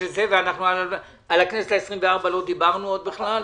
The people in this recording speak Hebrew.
ועל הכנסת ה-24 לא דיברנו עוד בכלל.